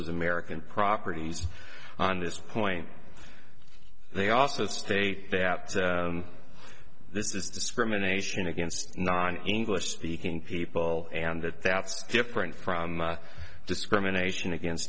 with american properties on this point they also state that this is discrimination against non english speaking people and that that's different from discrimination against